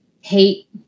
hate